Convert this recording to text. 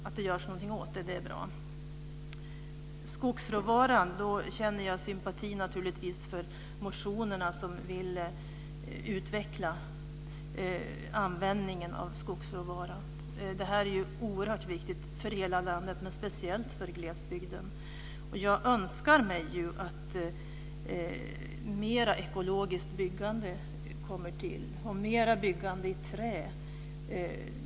Att det görs någonting åt det är bra. När det gäller skogsråvaran känner jag naturligtvis sympati för motionerna, där det står att man vill utveckla användningen av skogsråvaran. Det här är oerhört viktigt för hela landet men speciellt för glesbygden. Jag önskar ju att mer ekologiskt byggande kommer till och mer byggande i trä.